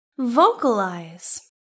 Vocalize